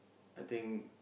I think